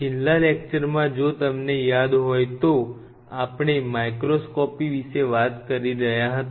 છેલ્લા લેક્ચરમાં જો તમને યાદ હોય તો આપ ણે માઇક્રોસ્કોપી વિશે વાત કરી રહ્યા હતા